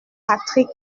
patrick